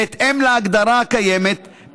בהתאם להגדרה הקיימת,